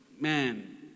man